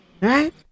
Right